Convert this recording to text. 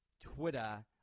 Twitter